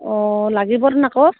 অঁ লাগিবতো আকৌ